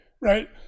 right